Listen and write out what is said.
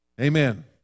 Amen